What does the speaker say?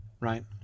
Right